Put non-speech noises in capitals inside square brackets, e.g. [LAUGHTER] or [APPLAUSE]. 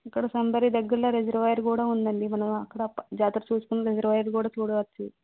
ఇక్కడ [UNINTELLIGIBLE] దగ్గర్లో రిజర్వాయరు కూడా ఉందండి మన అక్కడ జాతర చూసుకునే దగ్గర రిజర్వాయరు కూడా చూడచ్చు